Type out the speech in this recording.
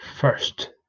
First